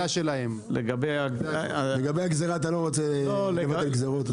לגבי הגזלה, אתה לא רוצה לבטל גזרות.